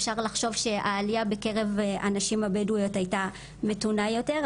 אפשר לחשוב שהעלייה בקרב הנשים הבדואיות הייתה מתונה יותר.